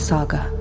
Saga